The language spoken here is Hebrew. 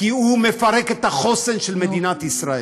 כי הוא מפרק את החוסן של מדינת ישראל.